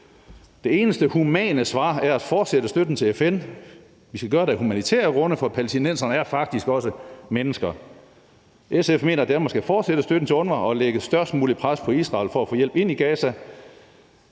Det eneste humane svar er at fortsætte støtten til FN. Vi skal gøre det af humanitære grunde, for palæstinenserne er faktisk også mennesker. SF mener, at Danmark skal fortsætte støtten til UNRWA og lægge størst muligt pres på Israel for at få hjælp ind i Gaza.